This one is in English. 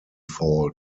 fault